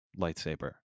lightsaber